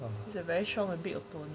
but it's a very strong a bit